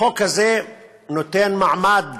החוק הזה נותן מעמד